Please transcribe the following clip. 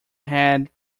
had